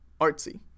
artsy